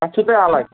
اَتھ چھُو تۄہہِ الگ